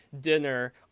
dinner